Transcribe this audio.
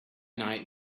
night